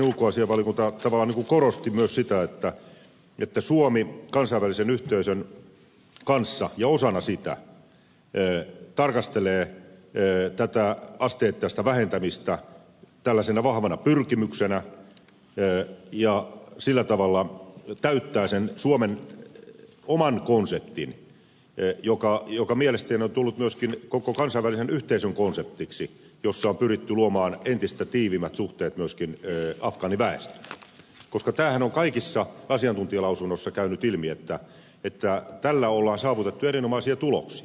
mielestäni ulkoasiainvaliokunta tavallaan korosti myös sitä että suomi kansainvälisen yhteisön kanssa ja osana sitä tarkastelee asteittaista vähentämistä tällaisena vahvana pyrkimyksenä ja sillä tavalla täyttää suomen oman konseptin joka mielestäni on tullut myöskin koko kansainvälisen yhteisön konseptiksi ja jossa on pyritty luomaan entistä tiiviimmät suhteet myöskin afgaaniväestöön koska tämähän on kaikissa asiantuntijalausunnoissa käynyt ilmi että tällä on saavutettu erinomaisia tuloksia